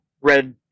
red